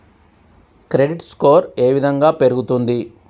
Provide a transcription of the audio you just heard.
Credit score ఏ విధంగా పెరుగుతుంది?